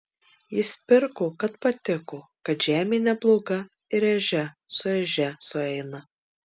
jis pirko kad patiko kad žemė nebloga ir ežia su ežia sueina